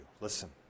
Listen